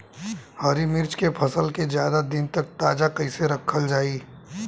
हरि मिर्च के फसल के ज्यादा दिन तक ताजा कइसे रखल जाई?